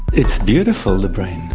it's beautiful, the brain.